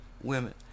women